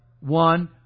One